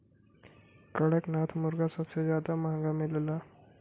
कड़कनाथ मुरगा सबसे जादा महंगा मिलला